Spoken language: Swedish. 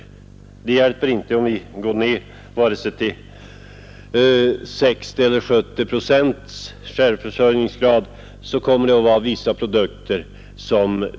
Vare sig vi sätter självförsörjningsgraden till 60 eller till 70 procent kommer vi att ha överskott av vissa produkter.